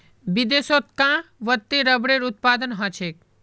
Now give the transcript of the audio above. विदेशत कां वत्ते रबरेर उत्पादन ह छेक